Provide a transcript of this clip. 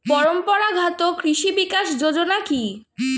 পরম্পরা ঘাত কৃষি বিকাশ যোজনা কি?